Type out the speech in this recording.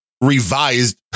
revised